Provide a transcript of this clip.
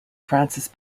francis